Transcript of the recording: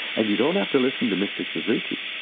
and you don't have to listen to mr suzuki.